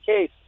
case